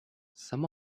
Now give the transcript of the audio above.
some